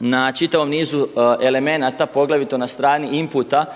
na čitavom nizu elemenata poglavito na strani imputa